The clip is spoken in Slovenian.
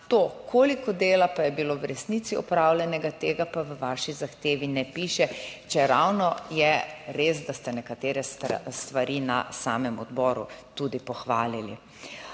To, koliko dela pa je bilo v resnici opravljenega, tega pa v vaši zahtevi ne piše, čeravno je res, da ste nekatere stvari na samem odboru tudi pohvalili,